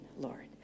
Lord